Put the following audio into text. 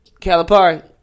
Calipari